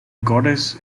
goddess